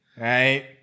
Right